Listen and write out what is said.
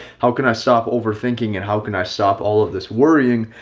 how can i stop overthinking? and how can i stop all of this worrying?